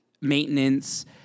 maintenance